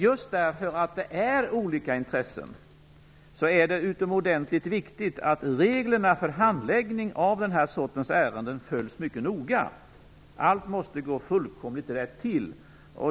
Just därför att det finns olika intressen är det utomordentligt viktigt att reglerna för handläggning av den här sortens ärenden följs mycket noga. Allt måste gå helt rätt till.